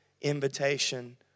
invitation